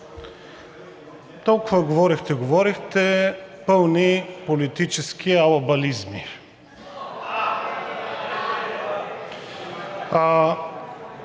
толкова говорехте, говорехте – пълни политически алабализми.